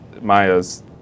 Maya's